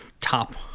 top